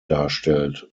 darstellt